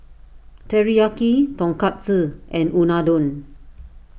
Teriyaki Tonkatsu and Unadon